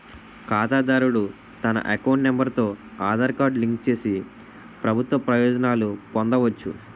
ఖాతాదారుడు తన account number తో ఆధార్ కార్డు లింక్ చేసి ప్రభుత్వ ప్రయోజనాలు పొందవచ్చు